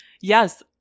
Yes